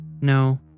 no